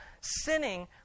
sinning